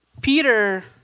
Peter